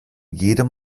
jedem